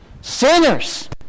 Sinners